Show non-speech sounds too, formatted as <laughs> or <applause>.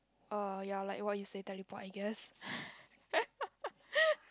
uh ya like what you say teleport I guess <laughs>